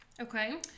Okay